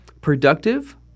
productive